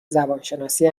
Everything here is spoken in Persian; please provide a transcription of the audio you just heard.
زبانشناسی